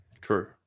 True